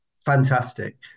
fantastic